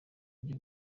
njye